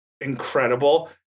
incredible